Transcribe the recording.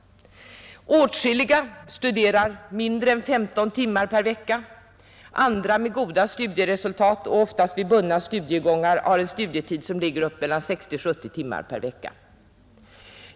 Åtskilliga studerar mindre än 15 timmar per vecka. Andra, med goda studieresultat och oftast i bundna studiegångar, har en studietid på 60—70 timmar per vecka.